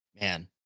man